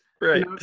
Right